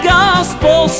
gospel